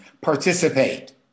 participate